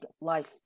life